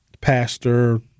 pastor